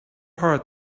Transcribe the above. heart